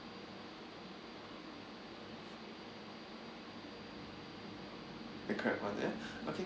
the crab one ya okay